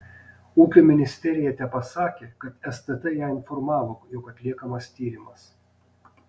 ūkio ministerija tepasakė kad stt ją informavo jog atliekamas tyrimas